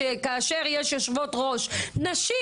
כאשר יש יושבות-ראש נשים,